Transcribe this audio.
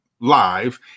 live